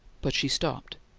but she stopped.